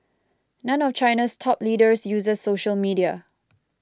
none of China's top leaders uses social media